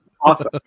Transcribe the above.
awesome